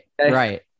right